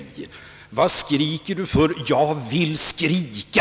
— Vad skriker du för? — Jag vill skrika!